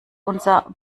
unser